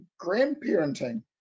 grandparenting